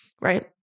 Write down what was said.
right